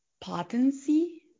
potency